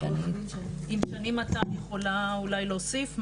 אם שני מתן יכולה אולי להוסיף משהו.